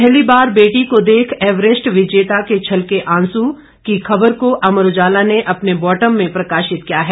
पहली बार बेटी को देख एवरेस्ट विजेता के छलके आंसू की ख़बर को अमर उजाला ने अपने बोटम में प्रकाशित किया है